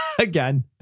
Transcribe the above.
Again